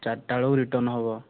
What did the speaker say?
ଚାରିଟା ବେଳକୁ ରିଟର୍ନ୍ ହେବ